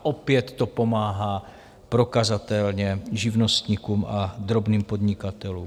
Opět to pomáhá prokazatelně živnostníkům a drobným podnikatelům.